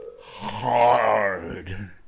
Hard